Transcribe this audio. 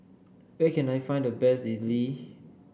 where can I find the best idly